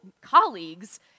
colleagues